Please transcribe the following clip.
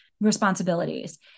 responsibilities